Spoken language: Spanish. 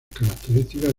características